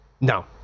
No